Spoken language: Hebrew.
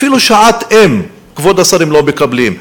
אפילו שעת אם, כבוד השר, הם לא מקבלים.